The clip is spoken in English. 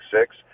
Six